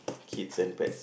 kids and pets